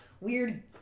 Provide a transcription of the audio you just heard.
weird